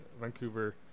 vancouver